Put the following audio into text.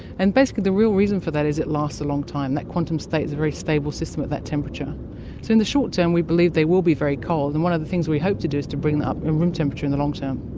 and basically the real reason for that is it lasts a long time, that quantum state is a very stable system at that temperature. so in the short term we believe they will be very cold, and one of the things we hope to do is to bring that up to and room temperature in the long term.